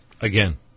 again